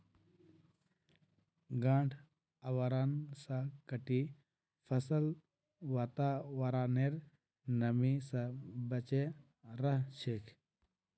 गांठ आवरण स कटी फसल वातावरनेर नमी स बचे रह छेक